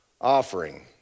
offering